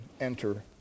enter